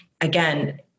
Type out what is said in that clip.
again